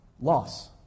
loss